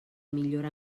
millora